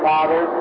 Father